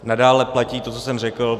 Nadále platí to, co jsem řekl.